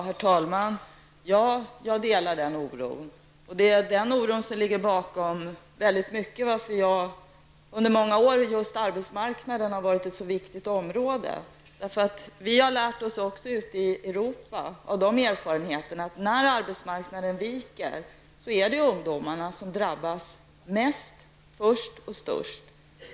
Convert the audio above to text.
Herr talman! Jag delar den oron. Det är den som till stor del ligger bakom att jag under många år tyckt att just arbetsmarknaden varit ett så viktigt område. Vi har lärt oss av erfarenheterna ute i Europa att när arbetsmarknaden viker är det ungdomarna som drabbas mest, först och störst.